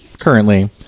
currently